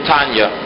Tanya